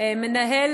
מנהל